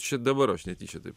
čia dabar aš netyčia taip